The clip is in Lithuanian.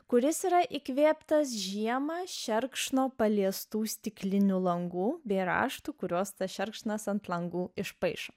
kuris yra įkvėptas žiemą šerkšno paliestų stiklinių langų bei raštų kuriuos tas šerkšnas ant langų išpaišo